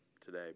today